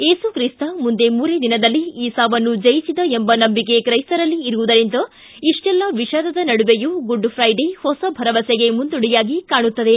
ಯೇಸು ತ್ರಿಸ್ತ ಮುಂದೆ ಮೂರೇ ದಿನದಲ್ಲಿ ಈ ಸಾವನ್ನು ಜಯಿಸಿದ ಎಂಬ ನಂಬಿಕೆ ತ್ರೈಸ್ತರಲ್ಲಿ ಇರುವುದರಿಂದ ಇಷ್ಟೆಲ್ಲಾ ವಿಷಾದದ ನಡುವೆಯೂ ಗುಡ್ ಫೈಡೇ ಹೊಸ ಭರವಸೆಗೆ ಮುನ್ನಡಿಯಾಗಿ ಕಾಣುತ್ತದೆ